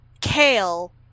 Kale